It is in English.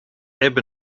ebb